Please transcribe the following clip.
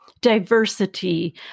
diversity